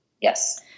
Yes